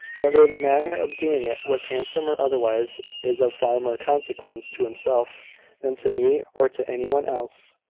whether the manner of doing it was handsome or otherwise, is of far more consequence to himself than to me, or to any one else.